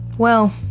well,